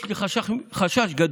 יש לי חשש גדול,